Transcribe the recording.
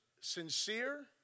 sincere